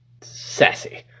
sassy